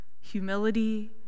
humility